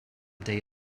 day